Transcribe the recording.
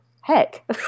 heck